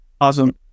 Awesome